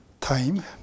time